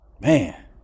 man